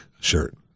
shirt